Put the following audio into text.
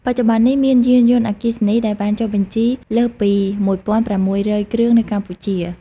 បច្ចុប្បន្ននេះ មានយានយន្តអគ្គិសនីដែលបានចុះបញ្ជីលើសពី ១,៦០០គ្រឿងនៅកម្ពុជា។